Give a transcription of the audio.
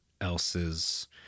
else's